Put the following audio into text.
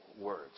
words